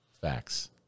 facts